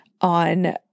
on